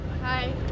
Hi